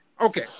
Okay